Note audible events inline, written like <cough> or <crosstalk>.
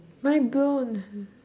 mind blown <laughs>